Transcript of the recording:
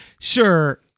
sure